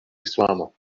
islamo